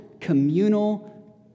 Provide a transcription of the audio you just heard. communal